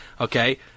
Okay